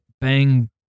bang